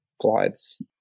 flights